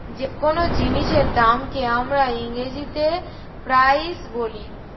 যে কোন জিনিসের দামকে আমরা ইংরেজিতে প্রাইস বলি